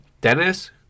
Dennis